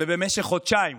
ובמשך חודשיים